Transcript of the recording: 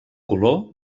color